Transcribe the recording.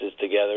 together